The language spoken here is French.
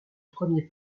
premier